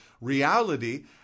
reality